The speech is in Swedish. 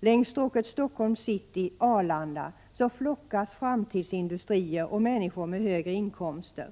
Längs stråket Stockholms city-Arlanda flockas framtidsindustrier och människor med högre inkomster.